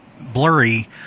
blurry